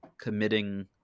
committing